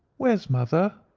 where's mother?